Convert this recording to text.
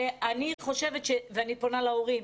אני פונה להורים: